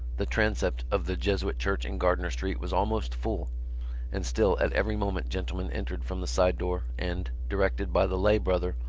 the transept of the jesuit church in gardiner street was almost full and still at every moment gentlemen entered from the side door and, directed by the lay-brother,